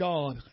God